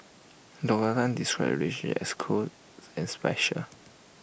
Doctor Tan described the relations as close as special